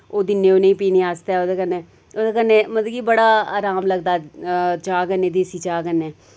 ओह् दिन्ने उ'नें पीने आस्तै ओह्दे कन्नै ओह्दे कन्नै मतलब कि बड़ा आराम लगदा चाह् कन्नै देसी चाह् कन्नै